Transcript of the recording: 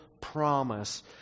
promise